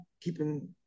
keeping